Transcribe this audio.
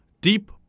Deep